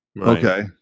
okay